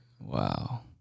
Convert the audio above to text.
Wow